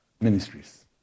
ministries